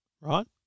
Right